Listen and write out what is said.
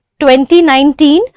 2019